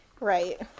right